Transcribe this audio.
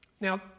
Now